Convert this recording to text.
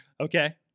Okay